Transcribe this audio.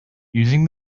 using